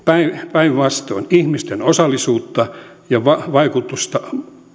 päinvastoin ihmisten osallisuutta ja vaikutusta